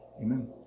Amen